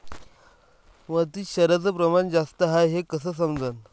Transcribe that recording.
मातीत क्षाराचं प्रमान जास्त हाये हे कस समजन?